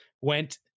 went